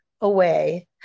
away